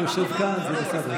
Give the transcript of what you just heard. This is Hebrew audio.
אני יושב כאן, זה בסדר.